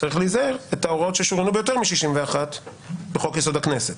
צריך להיזהר את ההוראות ששוריינו ביותר מ-61 בחוק-יסוד: הכנסת,